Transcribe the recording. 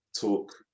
talk